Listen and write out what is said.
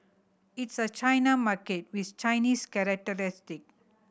it's a China market with Chinese characteristic